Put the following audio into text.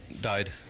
died